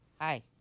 Hi